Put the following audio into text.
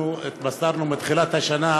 התבשרנו בתחילת השנה